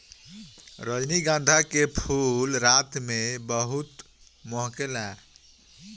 रजनीगंधा के फूल राती में बहुते महके ला